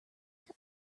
cut